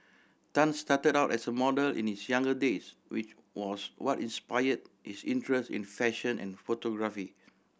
Tan started out as a model in his younger days which was what inspire his interest in fashion and photography